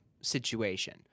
situation